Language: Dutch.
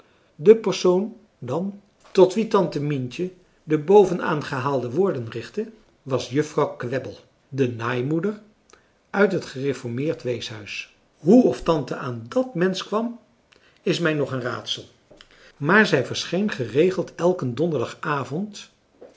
de persoon dan tot wie tante mientje de boven aangehaalde woorden richtte was juffrouw kwebbel de naaimoeder uit het gereformeerd weeshuis hoe of tante aan dat mensch kwam is mij nog een raadsel maar zij verscheen geregeld elken donderdagavond